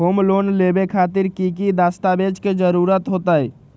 Home loan लेबे खातिर की की दस्तावेज के जरूरत होतई?